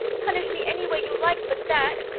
punish me any way you like but that.